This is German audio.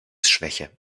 schwäche